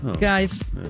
guys